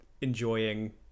enjoying